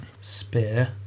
Spear